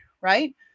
right